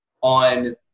on